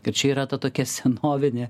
kad čia yra ta tokia senovinė